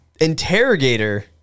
interrogator